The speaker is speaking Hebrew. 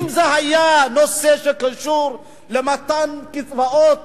אנחנו עושים, אם זה היה נושא שקשור למתן קצבאות